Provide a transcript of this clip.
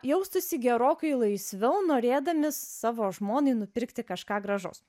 jaustųsi gerokai laisviau norėdami savo žmonai nupirkti kažką gražaus